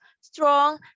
strong